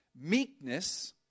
Meekness